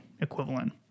equivalent